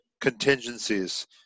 contingencies